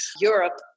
Europe